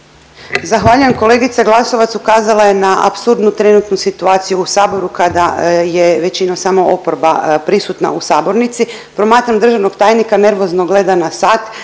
Zahvaljujem. Kolegica Glasovac ukazala je na apsurdnu trenutnu situaciju u saboru kada je većinom samo oporba prisutna u sabornici. Promatram državnog tajnika, nervozno gleda na sat,